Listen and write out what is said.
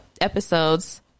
episodes